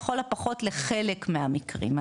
לכל הפחות לחלק מהמקרים האלה.